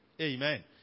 Amen